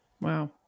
Wow